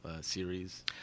series